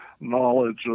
knowledge